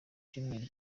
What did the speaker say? icyumweru